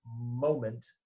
moment